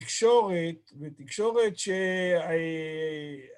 תקשורת, ותקשורת ש...